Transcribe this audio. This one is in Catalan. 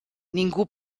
ningú